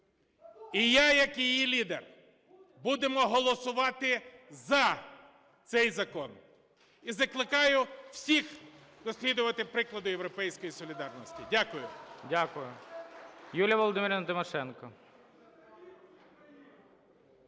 і я як її лідер будемо голосувати за цей закон. І закликаю всіх слідувати прикладу "Європейської солідарності". Дякую.